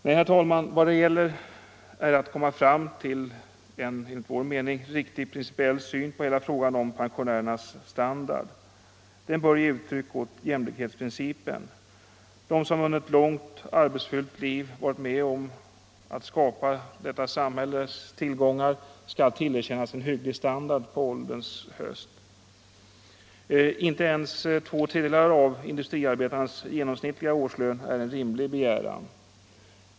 Nej, herr talman, vad det gäller är att komma fram till en enligt vår mening riktig principiell syn på hela frågan om pensionärernas standard. Den bör ge uttryck åt jämlikhetsprincipen. De som under ett långt arbetsfyllt liv varit med om att skapa detta samhälles tillgångar skall tillerkännas en hygglig standard på ålderns höst. Inte ens två tredjedelar av industriarbetarnas genomsnittliga årslön är en rimlig begäran.